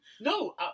No